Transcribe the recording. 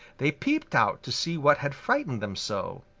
they peeped out to see what had frightened them so.